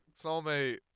Soulmate